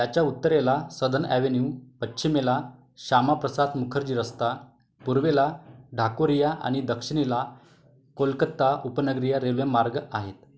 याच्या उत्तरेला southern avenue पश्चिमेला श्यामाप्रसाद मुखर्जी रस्ता पूर्वेला ढाकुरिया आणि दक्षिणेला कोलकत्ता उपनगरीय रेल्वे मार्ग आहेत